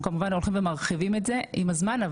כמובן הולכים ומרחיבים את זה עם הזמן,